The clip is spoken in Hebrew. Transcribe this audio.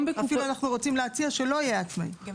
אנחנו אפילו רוצים להציע שלא יהיה עצמאי.